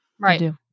Right